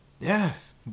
Yes